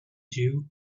jew